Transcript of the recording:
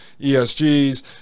ESGs